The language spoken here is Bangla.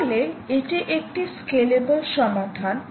তাহলে এটি একটি স্কেলেবল সমাধান